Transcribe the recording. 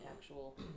actual